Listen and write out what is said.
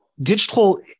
digital